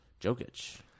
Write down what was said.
Jokic